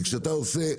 כי כשאתה עושה,